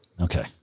Okay